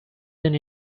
than